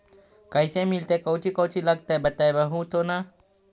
कैसे मिलतय कौची कौची लगतय बतैबहू तो न?